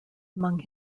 among